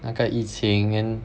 那个疫情 and